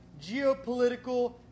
geopolitical